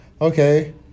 okay